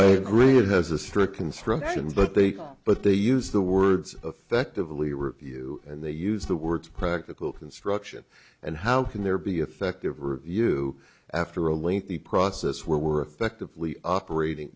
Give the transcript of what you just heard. i agree it has a strict construction but they but they use the words affectively review and they use the words practical construction and how can there be effective review after a lengthy process where we're effectively operating